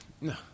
No